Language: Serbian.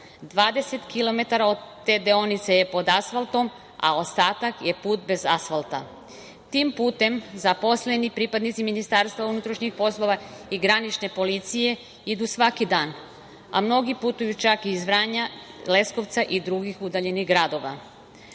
20 kilometara te deonice je pod asfaltom, a ostatak je put bez asfalta. Tim putem zaposleni pripadnici MUP i granične policije idu svaki dan, a mnogi putuju čak iz Vranja, Leskovca i drugih udaljenih gradova.